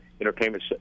entertainment